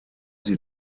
sie